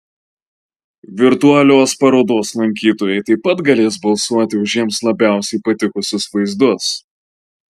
virtualios parodos lankytojai taip pat galės balsuoti už jiems labiausiai patikusius vaizdus